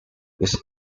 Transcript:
this